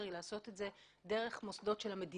היא לעשות את זה דרך מוסדות של המדינה.